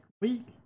week